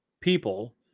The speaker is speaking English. people